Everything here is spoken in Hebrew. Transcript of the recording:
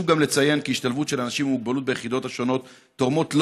חשוב גם לציין כי השתלבות של אנשים עם מוגבלות ביחידות השונות תורמת לא